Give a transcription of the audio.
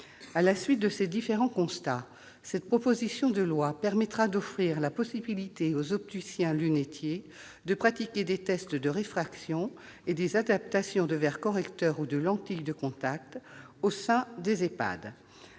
À la suite de ces différents constats, cette proposition de loi permettra d'offrir la possibilité aux opticiens-lunetiers de pratiquer des tests de réfraction et des adaptations de verres correcteurs ou de lentilles de contact au sein des EHPAD.